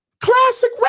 Classic